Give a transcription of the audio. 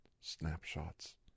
snapshots